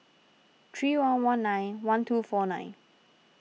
three one one nine one two four nine